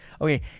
okay